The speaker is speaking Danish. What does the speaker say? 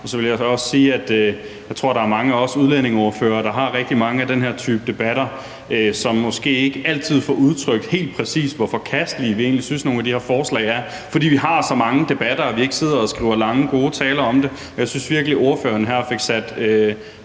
Og så vil jeg også sige, at jeg tror, at der er mange af os udlændingeordførere, der deltager i rigtig mange af den her type debatter, som måske ikke altid får udtrykt, hvor forkastelige vi egentlig synes nogle af de her forslag er, fordi vi har så mange debatter og ikke sidder og skriver lange, gode taler om det. Men jeg synes virkelig, at ordføreren her fik sat